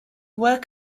work